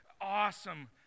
awesome